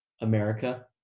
america